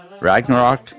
Ragnarok